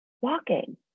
walking